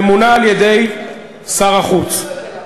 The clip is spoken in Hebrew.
ממונה על-ידי שר החוץ.